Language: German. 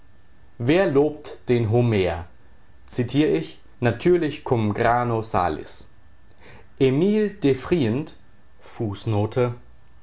wer lobt den homer zitier ich natürlich cum grano salis emil devrientich